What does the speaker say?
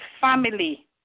family